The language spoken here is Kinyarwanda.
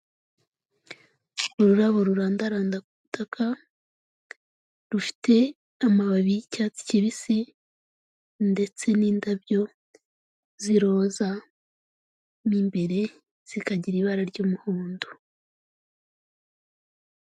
Ururabo rurandaranda ku butaka rufite amababi y'icyatsi kibisi ndetse n'indabyo z'iroza mo imbere zikagira ibara ry'umuhondo.